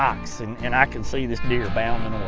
rocks. and and i can see this deer bounding